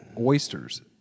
oysters